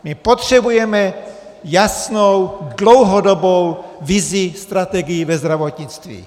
My potřebujeme jasnou dlouhodobou vizi, strategii ve zdravotnictví.